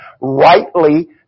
rightly